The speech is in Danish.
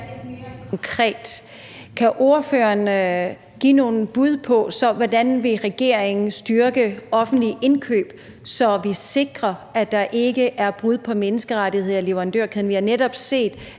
kan ordføreren så give nogle bud på, hvordan regeringen vil styrke offentlige indkøb, så vi sikrer, at der ikke er brud på menneskerettigheder i leverandørkæden? Vi har netop set,